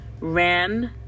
Ran